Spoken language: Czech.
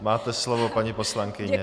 Máte slovo, paní poslankyně.